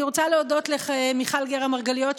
אני רוצה להודות למיכל גרא מרגליות,